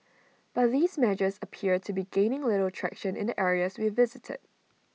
but these measures appear to be gaining little traction in the areas we visited